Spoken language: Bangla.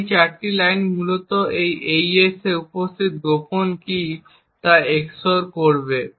এই 4টি লাইন মূলত এই AES কী তে উপস্থিত গোপন কী XOR করবে